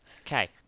okay